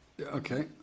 Okay